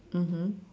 mmhmm